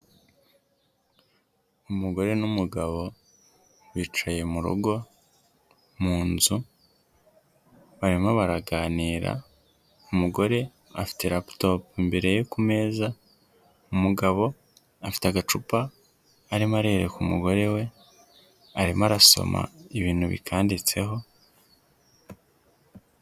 Umugore n'umugabo bicaye mu rugo mu nzu barimo baraganira umugore afite laputopu mbere ye ku meza, umugabo afite agacupa arimo arereka umugore we arimo arasoma ibintu bikanditseho.